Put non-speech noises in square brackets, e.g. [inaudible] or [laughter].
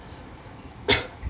[coughs]